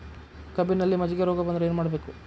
ಕಬ್ಬಿನಲ್ಲಿ ಮಜ್ಜಿಗೆ ರೋಗ ಬಂದರೆ ಏನು ಮಾಡಬೇಕು?